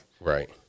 Right